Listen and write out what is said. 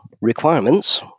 Requirements